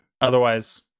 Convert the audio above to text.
Otherwise